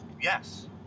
yes